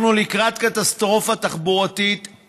אנחנו לקראת קטסטרופה תחבורתית.